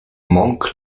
monk